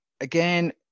Again